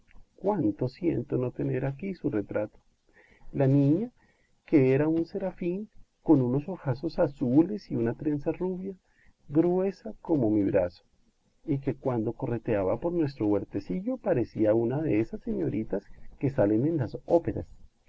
cuánto siento no tener aquí su retrato la niña que era un serafín con unos ojazos azules y una trenza rubia gruesa como mi brazo y que cuando correteaba por nuestro huertecillo parecía una de esas señoritas que salen en las óperas